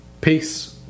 Peace